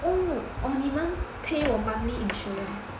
oh or 你们 pay 我 monthly insurance